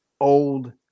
old